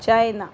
China